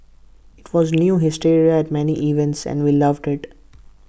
IT was near hysteria at many events and we loved IT